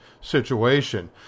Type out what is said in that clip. situation